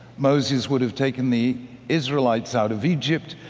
moses would have taken the israelites out of egypt,